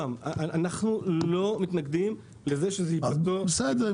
אנחנו לא מתנגדים לזה שיהיה פטור --- אוקיי,